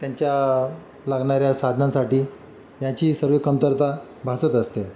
त्यांच्या लागणाऱ्या साधनांसाठी याची सर्व कमतरता भासत असते